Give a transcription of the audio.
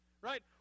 Right